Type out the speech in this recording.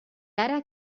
ara